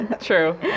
True